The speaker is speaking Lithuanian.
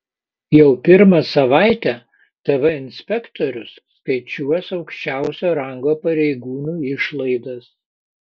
jau pirmą savaitę tv inspektorius skaičiuos aukščiausio rango pareigūnų išlaidas